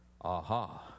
Aha